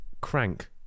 Crank